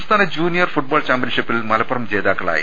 സംസ്ഥാന junior football ചാമ്പ്യൻഷിപ്പിൽ മലപ്പുറം ജേതാക്കളായി